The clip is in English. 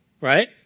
right